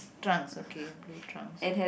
trunks okay blue trunks